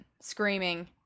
screaming